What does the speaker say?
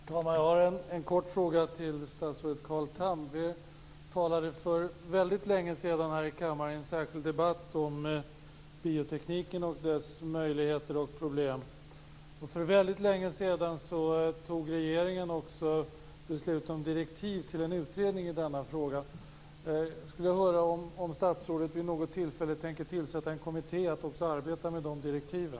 Herr talman! Jag har en kort fråga till statsrådet Carl Tham. För väldigt länge sedan i en särskild debatt här i kammaren talade vi om biotekniken och dess möjligheter och problem. Och för väldigt länge sedan tog regeringen beslut om direktiv till en utredning i frågan. Jag skulle vilja höra om statsrådet vid något tillfälle tänker tillsätta en kommitté som skall ha att arbeta med de direktiven.